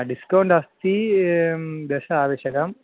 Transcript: discount अस्ति दश आवश्यकं